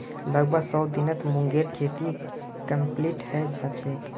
लगभग सौ दिनत मूंगेर खेती कंप्लीट हैं जाछेक